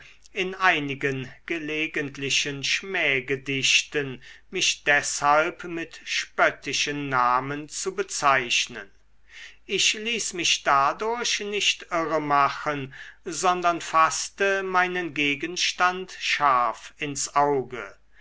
in einigen gelegentlichen schmähgedichten mich deshalb mit spöttischen namen zu bezeichnen ich ließ mich dadurch nicht irre machen sondern faßte meinen gegenstand scharf ins auge